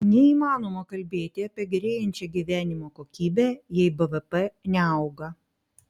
neįmanoma kalbėti apie gerėjančią gyvenimo kokybę jei bvp neauga